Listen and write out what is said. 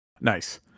Nice